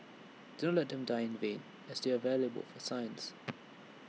do not let them die in vain as they are valuable for science